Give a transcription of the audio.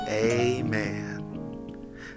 Amen